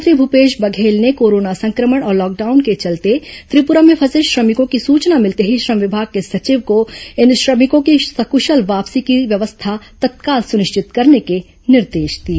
मुख्यमंत्री भूपेश बघेल ने कोरोना संक्र मण और लॉकडाउन के चलते त्रिपुरा में फंसे श्रमिकों की सूचना मिलते ही श्रम विभाग के सचिव को इन श्रमिकों की सकुशल वापसी की तत्काल व्यवस्था सुनिश्चित करने के निर्देश दिए